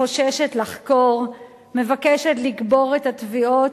חוששת לחקור, מבקשת לקבור את התביעות,